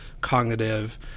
cognitive